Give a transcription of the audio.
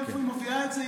מאיפה היא מביאה את זה,